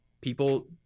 people